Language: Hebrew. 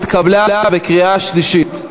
התקבלה בקריאה שלישית.